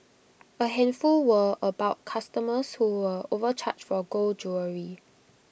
A handful were about customers who were overcharged for gold jewellery